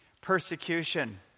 persecution